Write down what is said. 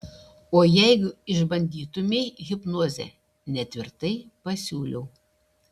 o jeigu išbandytumei hipnozę netvirtai pasiūliau